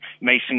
Mason